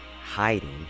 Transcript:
hiding